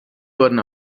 wurden